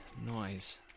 noise